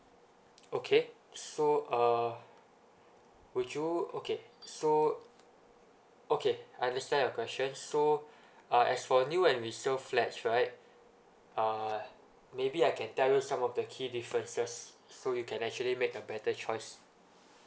okay so uh would you okay so okay I understand your questions so uh as for new and resale flats right uh maybe I can tell you some of the key differences so you can actually make a better choice